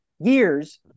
years